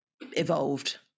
evolved